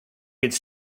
it’s